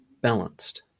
balanced